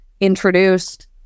introduced